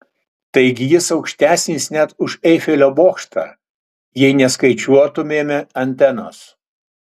taigi jis aukštesnis net už eifelio bokštą jei neskaičiuotumėme antenos